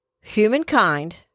Humankind